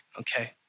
Okay